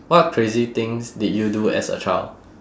what crazy things did you do as a child